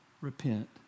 repent